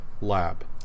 lab